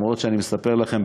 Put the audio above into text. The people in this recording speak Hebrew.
אף שאני מספר לכם,